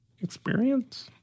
experience